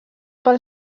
pel